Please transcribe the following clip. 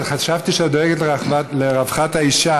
אבל חשבתי שאת דואגת לרווחת האישה.